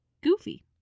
goofy